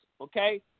okay